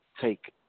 take